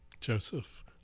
Joseph